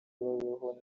babeho